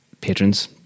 patrons